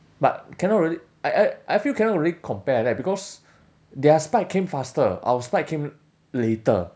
but cannot really I I I feel cannot really compare like that because their spike came faster our spike came later